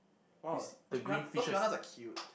!wow! those piran~ those piranhas are cute